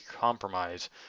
compromise